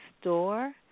store